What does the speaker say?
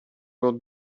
will